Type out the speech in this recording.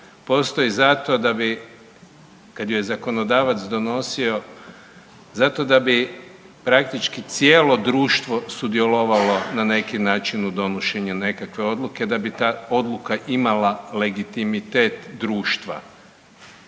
postoji zato da bi kad je zakonodavac donosio zato da bi praktički cijelo društvo sudjelovalo na neki način u donošenju nekakve odluke da bi ta odluka imala legitimitet društva.